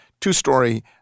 two-story